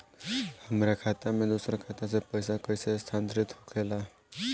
हमार खाता में दूसर खाता से पइसा कइसे स्थानांतरित होखे ला?